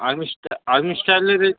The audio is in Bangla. আর্মি স্টাইল আর্মি স্টাইলের রেট